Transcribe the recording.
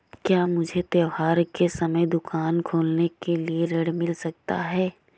क्या मुझे त्योहार के समय दुकान खोलने के लिए ऋण मिल सकता है?